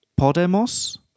podemos